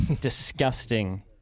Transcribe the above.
Disgusting